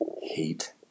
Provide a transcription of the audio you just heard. hate